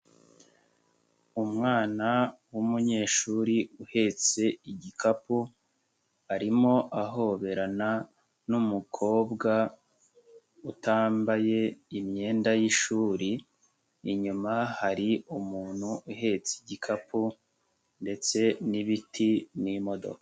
Umwana w'umunyeshuri uhetse igikapu, arimo ahoberana n'umukobwa utambaye imyenda y'ishuri. Inyuma hari umuntu uhetse igikapu ndetse n'ibiti n'imodoka.